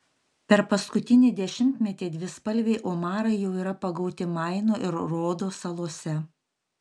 per paskutinį dešimtmetį dvispalviai omarai jau yra pagauti maino ir rodo salose